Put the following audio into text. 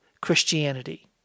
Christianity